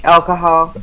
Alcohol